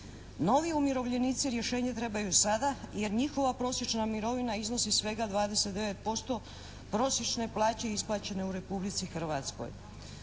Novi umirovljenici rješenje trebaju sada jer njihova prosječna mirovina iznosi svega 29% prosječne plaće isplaćene u Republici Hrvatskoj.